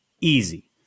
easy